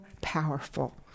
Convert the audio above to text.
powerful